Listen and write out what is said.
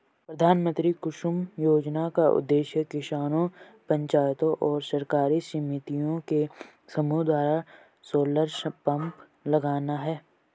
प्रधानमंत्री कुसुम योजना का उद्देश्य किसानों पंचायतों और सरकारी समितियों के समूह द्वारा सोलर पंप लगाना है